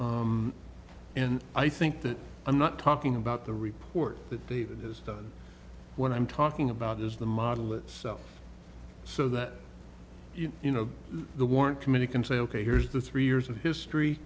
and i think that i'm not talking about the report that they've just done what i'm talking about is the model itself so that you know the warrant committee can say ok here's the three years of history